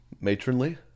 matronly